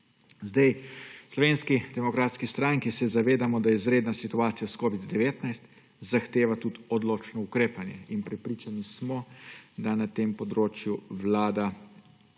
V Slovenski demokratski stranki se zavedamo, da izredna situacija s covidom-19 zahteva tudi odločno ukrepanje, in prepričani smo, da na tem področju Vlada